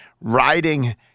riding